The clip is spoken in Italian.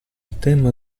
tema